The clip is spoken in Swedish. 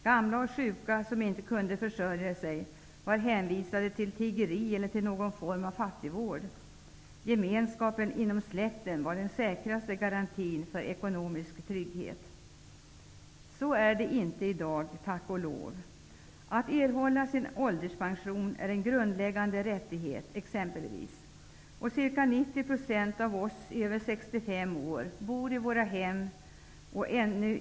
Gamla och sjuka som inte kunde försörja sig var hänvisade till tiggeri eller till någon form av fattigvård. Gemenskapen inom släkten var den säkraste garantin för ekonomisk trygghet. Så är det inte i dag -- tack och lov! Att t.ex. erhålla sin ålderspension är en grundläggande rättighet. Ca 90 % av oss över 65 år bor i våra hem.